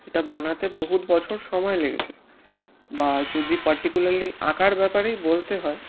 এটা বানাতে বহুত বছর সময় লেগেছে বা যদি পার্টিকুলারলি আঁকার ব্যাপারেই বলতে হয়